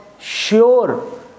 sure